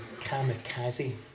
kamikaze